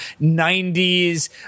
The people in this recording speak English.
90s